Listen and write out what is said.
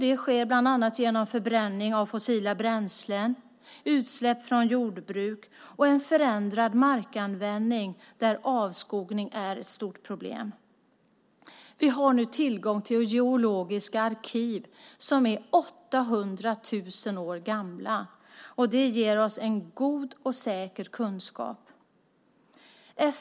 Det sker bland annat genom förbränning av fossila bränslen, utsläpp från jordbruk och en förändrad markanvändning där avskogning är ett stort problem. Vi har nu tillgång till geologiska arkiv som är 800 000 år gamla, och det ger oss en god och säker kunskap.